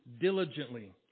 diligently